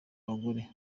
abagore